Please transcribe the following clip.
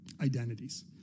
identities